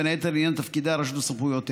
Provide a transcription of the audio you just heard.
בין היתר לעניין תפקידי הרשות וסמכויותיה.